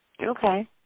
Okay